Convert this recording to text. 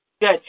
Good